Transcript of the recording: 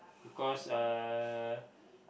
because uh